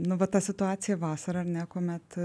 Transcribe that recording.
nu va ta situacija vasarą ar ne kuomet